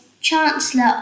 Chancellor